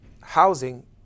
housing